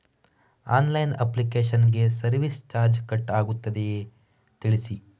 Online application ಗೆ service charge cut ಆಗುತ್ತದೆಯಾ ತಿಳಿಸಿ?